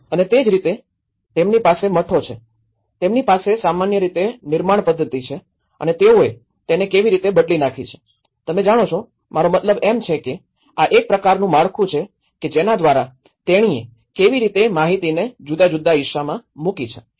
અને તે જ રીતે તેમની પાસે મઠો છે તેમની પાસે સામાન્ય રીતે નિર્માણ પદ્ધતિ છે અને તેઓએ તેને કેવી રીતે બદલી નાખી છે તમે જાણો છો મારો મતલબ એમ છે કે આ એક પ્રકારનું માળખું છે કે જેના દ્વારા તેણીએ કેવી રીતે માહિતીને જુદા જુદા હિસ્સામાં મુકી છે